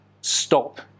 stop